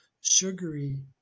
sugary